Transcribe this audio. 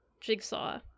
Jigsaw